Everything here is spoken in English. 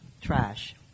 trash